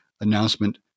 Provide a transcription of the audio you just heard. announcement